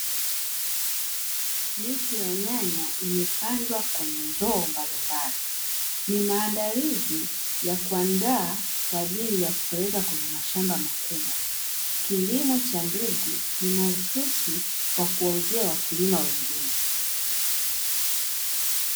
Miche ya nyanya imepandwa kwenye ndoo mbalimbali, ni maandalizi ya kuandaa kwaajili ya kupeleka kwenye mashamba makubwa, kilimo cha mbegu ni mahususi kwa kuwauzia wakulima wengine.